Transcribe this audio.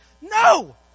no